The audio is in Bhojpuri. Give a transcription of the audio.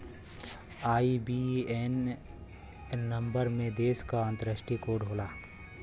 आई.बी.ए.एन नंबर में देश क अंतरराष्ट्रीय कोड होला